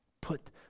put